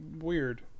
Weird